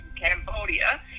Cambodia